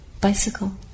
Bicycle